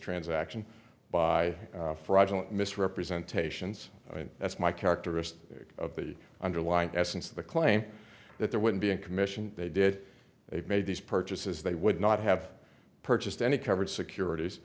transaction by fraudulent misrepresentations i mean that's my characteristic of the underlying essence of the claim that there would be a commission they did they've made these purchases they would not have purchased any coverage securities